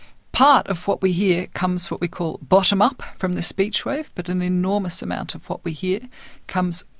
part of what we hear comes what we call bottom up from the speech wave, but an enormous amount of what we hear comes,